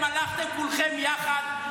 במקום להוקיע את האיש הזה אתם הלכתם כולכם יחד,